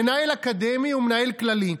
מנהל אקדמי ומנהל כללי.